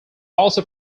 also